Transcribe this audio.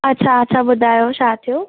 अच्छा अच्छा ॿुधायो छा थियो